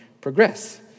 progress